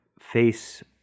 face